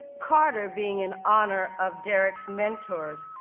carter being in honor of derrick's mentors,